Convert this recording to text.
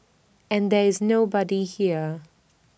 and there is nobody here